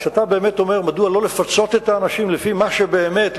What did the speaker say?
כשאתה באמת אומר מדוע לא לפצות את האנשים לפי מה שבאמת,